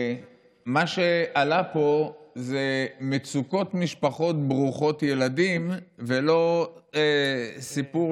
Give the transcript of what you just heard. מה שעלה פה זה מצוקות של משפחות ברוכות ילדים ולא סיפור